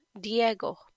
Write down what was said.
Diego